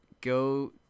Go